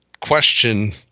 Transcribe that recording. question